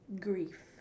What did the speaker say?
grief